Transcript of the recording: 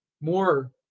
more